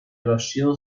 erosión